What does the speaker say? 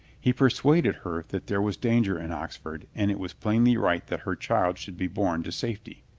he persuaded her that there was danger in oxford and it was plainly right that her child should be born to safety.